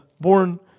born